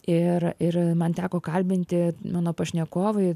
ir ir man teko kalbinti mano pašnekovai